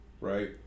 right